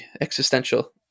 existential